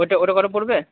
ওটা ওটা কত পড়বে